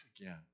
again